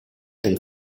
delle